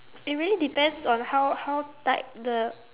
it really depends on how how tight the